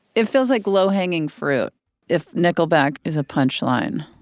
it feels like low hanging fruit if nickleback is a punch line,